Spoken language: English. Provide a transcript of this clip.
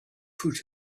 put